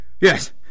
Yes